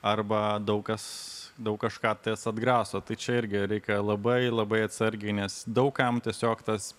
arba daug kas daug kažką tas atgraso tai čia irgi reikia labai labai atsargiai nes daug kam tiesiog tas